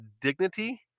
dignity